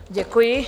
Děkuji.